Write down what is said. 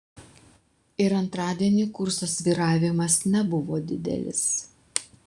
ir antradienį kurso svyravimas nebuvo didelis